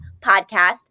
Podcast